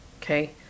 okay